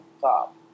top